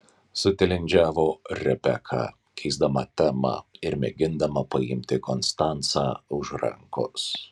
sutilindžiavo rebeka keisdama temą ir mėgindama paimti konstancą už rankos